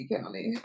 County